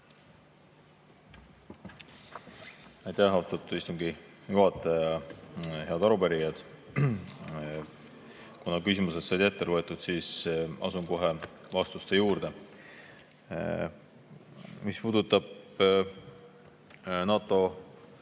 Aitäh, austatud istungi juhataja! Head arupärijad! Kuna küsimused said ette loetud, siis asun kohe vastuste juurde. Mis puudutab NATO